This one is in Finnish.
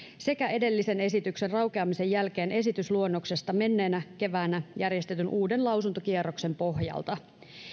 sekä edellisen esityksen raukeamisen jälkeen esitysluonnoksesta menneenä keväänä järjestetyn uuden lausuntokierroksen pohjalta